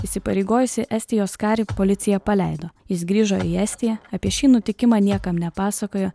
įsipareigojusį estijos karį policija paleido jis grįžo į estiją apie šį nutikimą niekam nepasakojo